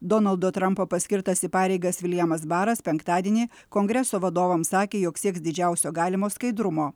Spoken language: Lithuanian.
donaldo trampo paskirtas į pareigas viljamas baras penktadienį kongreso vadovams sakė jog sieks didžiausio galimo skaidrumo